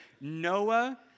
Noah